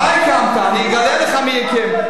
אני אגלה לך מי הקים.